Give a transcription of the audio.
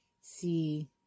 see